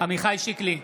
עמיחי שיקלי,